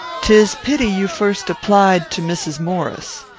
tis pity you first applied to mrs. maurice.